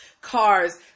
cars